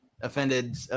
offended